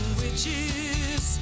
witches